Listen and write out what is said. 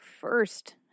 first